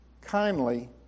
kindly